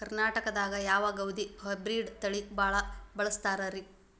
ಕರ್ನಾಟಕದಾಗ ಯಾವ ಗೋಧಿ ಹೈಬ್ರಿಡ್ ತಳಿ ಭಾಳ ಬಳಸ್ತಾರ ರೇ?